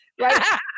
right